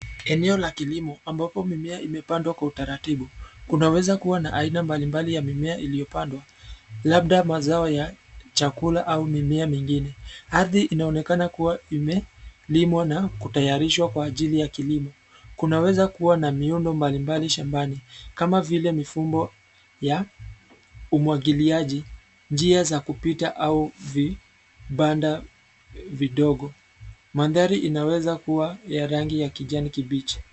Eneo la kilimo ambapo mimea imepandwa kwa utaratibu, Kunaweza kuwa na aina mbalimbali ya mimea iliyopandwa labda mazao ya chakula au mimea mingine. Ardhi inaonekana kuwa imelimwa na kutayarishwa kwa ajili ya kilimo. Kunaweza kuwa na miundo mbalimbali shambani kama vile mifumo ya umwagiliaji, njia za kupita au vibanda vidogo. Mandhari inaweza kuwa ya rangi ya kijani kibichi.